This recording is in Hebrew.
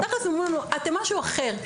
בתכל'ס אומרים לנו: אתם משהו אחר.